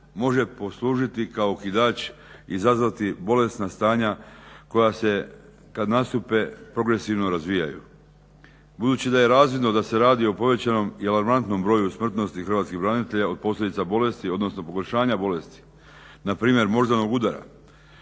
može poslužiti kao okidač i izazvati bolesna stanja koja se kad nastupe progresivno razvijaju. Budući da je razvidno da se radi o povećanom i alarmantnom broju smrtnosti hrvatskih branitelja od posljedica bolesti, odnosno pogoršanja bolesti npr. moždanog udara